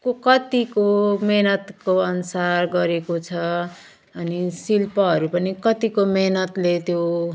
को कतिको मेहनतको अनुसार गरेको छ अनि शिल्पहरू पनि कतिको मेहनतले त्यो